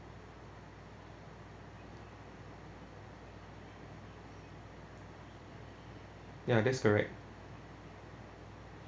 ya that's correct